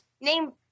name